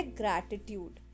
gratitude